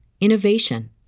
innovation